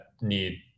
need